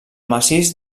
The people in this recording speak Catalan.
massís